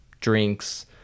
drinks